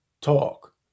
talk